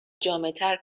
جامعتر